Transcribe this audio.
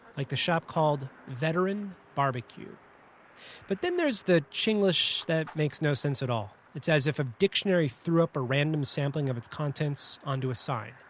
like the shop called veteran barbecue but then there's the chinglish that makes no sense at all. it's as if a dictionary threw up a random sampling of its contents onto a sign.